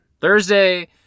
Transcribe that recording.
Thursday